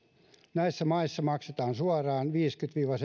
näissä maissa maksetaan suoraan viisikymmentä viiva